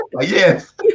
Yes